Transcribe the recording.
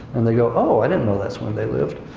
and they go, oh, i didn't know that's when they lived.